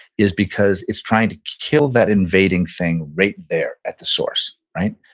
is because it's trying to kill that invading thing right there at the source, right?